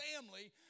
family